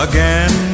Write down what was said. Again